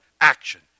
action